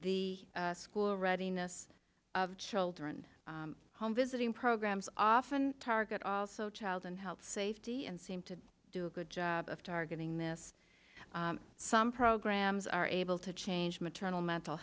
the school readiness of children home visiting programs often target also child and health safety and seem to do a good job of targeting this some programs are able to change maternal mental